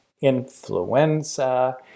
influenza